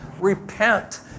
repent